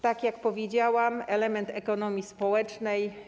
Tak jak powiedziałam, element ekonomii społecznej.